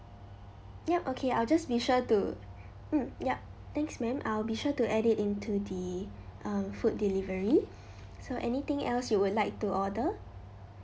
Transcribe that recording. yup okay I will just be sure to mm yup thanks ma'am I will be sure to add it into the um food delivery so anything else you would like to order